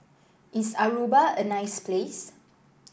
is Aruba a nice place